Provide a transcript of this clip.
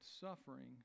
suffering